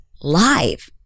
live